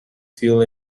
fuel